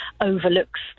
overlooks